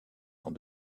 sans